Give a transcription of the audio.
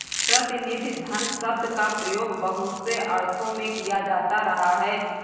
प्रतिनिधि धन शब्द का प्रयोग बहुत से अर्थों में किया जाता रहा है